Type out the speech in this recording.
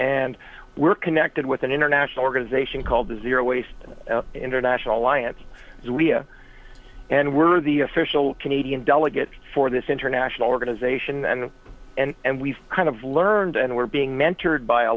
and we're connected with an international organization called the zero waste international alliance and we're the official canadian delegate for this international organization and and and we've kind of learned and we're being mentored by a